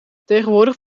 tegenwoordig